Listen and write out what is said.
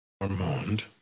Armand